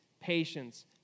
patience